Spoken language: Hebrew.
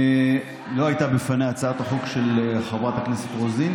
לא הייתה בפניה הצעת החוק של חברת הכנסת רוזין,